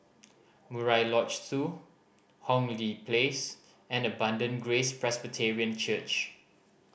Murai Lodge Two Hong Lee Place and Abundant Grace Presbyterian Church